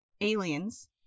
aliens